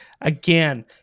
again